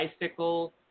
bicycle